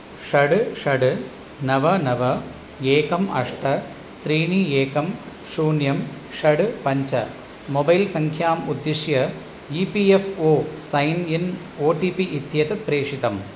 षड् षड् नव नव एकम् अष्ट त्रीणि एकम् शून्यं षड् पञ्च मोबैल्सङ्ख्याम् उद्दिश्य E P F O sign in O T P इत्येतत् प्रेषितम्